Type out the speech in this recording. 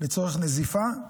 לצורך נזיפה,